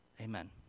Amen